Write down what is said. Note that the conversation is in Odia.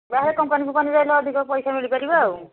ବାହାର କମ୍ପାନୀ ଫମ୍ପାନୀରେ ରହିଲେ ଅଧିକ ପଇସା ମିଳିପାରିବା ଆଉ